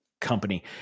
company